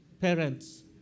parents